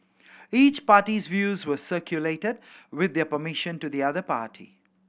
each party's views were circulated with their permission to the other party